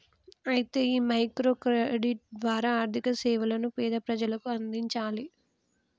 అయితే ఈ micro credit ద్వారా ఆర్థిక సేవలను పేద ప్రజలకు అందించాలి